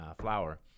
flour